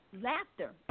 laughter